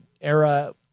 era